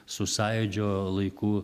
su sąjūdžio laikų